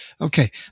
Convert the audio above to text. Okay